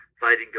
fighting